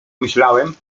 myślałem